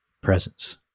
presence